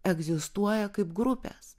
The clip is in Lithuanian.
egzistuoja kaip grupėes